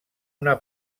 una